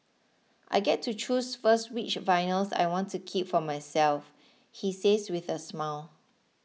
I get to choose first which vinyls I want to keep for myself he says with a smile